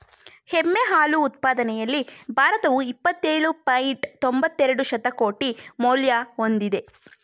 ಎಮ್ಮೆ ಹಾಲು ಉತ್ಪಾದನೆಯಲ್ಲಿ ಭಾರತವು ಇಪ್ಪತ್ತೇಳು ಪಾಯಿಂಟ್ ತೊಂಬತ್ತೆರೆಡು ಶತಕೋಟಿ ಮೌಲ್ಯ ಹೊಂದಿದೆ